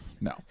No